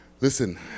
listen